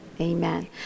Amen